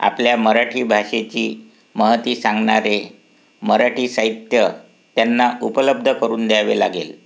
आपल्या मराठी भाषेची महती सांगणारे मराठी साहित्य त्यांना उपलब्ध करून द्यावे लागेल